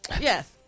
yes